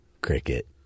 Cricket